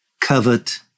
covet